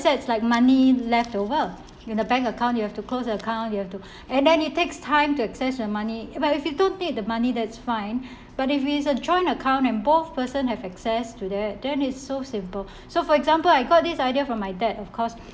assets like money left over in the bank account you have to close account you have to and then it takes time to access your money if I if you don't take the money that's fine but if is a joint account and both person have access to that then it's so simple so for example I got this idea for my dad of course